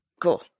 cool